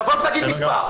תבוא ותגיד מספר.